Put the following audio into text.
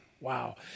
Wow